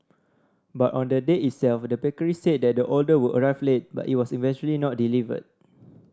but on the day itself the bakery said that the order would arrive late but it was eventually not delivered